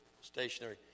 stationary